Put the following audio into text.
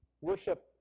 worship